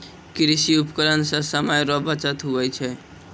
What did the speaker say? कृषि उपकरण से समय रो बचत हुवै छै